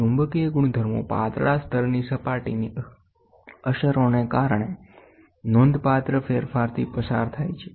ચુંબકીય ગુણધર્મો પાતળા સ્તરની સપાટીની અસરોને કારણે નોંધપાત્ર ફેરફારથી પસાર થાય છે